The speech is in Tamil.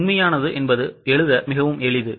உண்மையானது எழுத மிகவும் எளிது